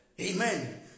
Amen